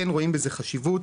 כן רואים בזה חשיבות,